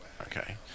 Okay